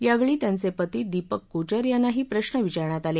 यावेळी त्यांचे पती दिपक कोचर यांनाही प्रश्न विचारण्यात आले